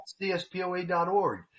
CSPOA.org